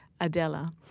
Adela